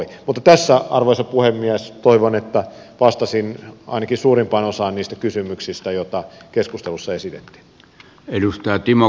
mutta tässä arvoisa puhemies toivon että vastasin ainakin suurimpaan osaan niistä kysymyksistä joita keskustelussa esitettiin